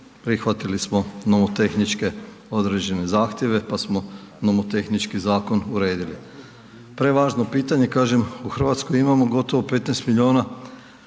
Prihvatili smo nomotehničke određene zahtjeve, pa smo nomotehnički zakon uredili. Prevažno pitanje kažem, u Hrvatskoj imamo 15 miliona,